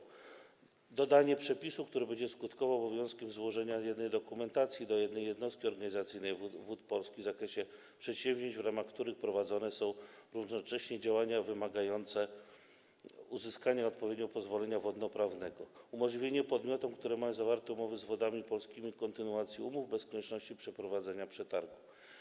Zaproponowano również dodanie przepisu, który będzie skutkował obowiązkiem złożenia jednej dokumentacji do jednej jednostki organizacyjnej Wód Polskich w zakresie przedsięwzięć, w ramach których prowadzone są równocześnie działania wymagające uzyskania odpowiedniego pozwolenia wodnoprawnego, a także umożliwienie podmiotom, które mają zawarte umowy z Wodami Polskimi, kontynuacji umów bez konieczności przeprowadzania przetargu.